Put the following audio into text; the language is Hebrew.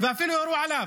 ואפילו ירו עליו.